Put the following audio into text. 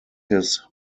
his